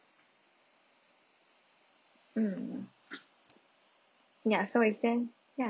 mm ya so it's then ya